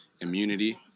immunity